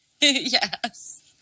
Yes